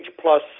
plus